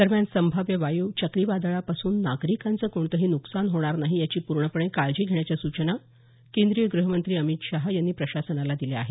दरम्यान संभाव्य वायू चक्रीवादळापासून नागरिकांचं कोणतेही नुकसान होणार नाही याची पूर्णपणे काळजी घेण्याच्या सूचना केंद्रीय गृहमंत्री अमित शहा यांनी प्रशासनाला दिल्या आहेत